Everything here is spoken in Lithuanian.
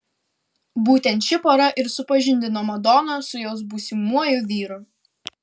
būtent ši pora ir supažindino madoną su jos būsimuoju vyru